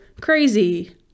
crazy